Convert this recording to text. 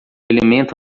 elemento